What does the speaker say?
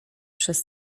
przez